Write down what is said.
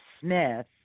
Smith